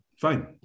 fine